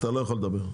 אתה לא יכול לדבר.